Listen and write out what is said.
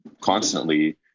constantly